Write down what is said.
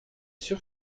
sûr